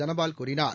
தனபால் கூறினார்